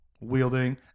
wielding